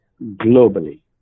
globally